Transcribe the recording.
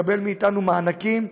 לקבל מאתנו מענקים,